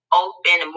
open